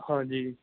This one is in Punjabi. ਹਾਂਜੀ